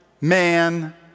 man